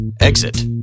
Exit